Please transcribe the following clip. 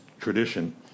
tradition